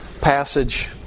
passage